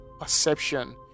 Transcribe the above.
perception